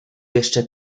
jeszcze